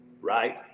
right